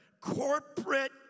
Corporate